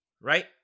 Right